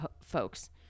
folks